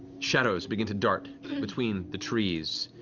shadows begin to dart i mean between the trees,